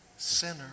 Sinner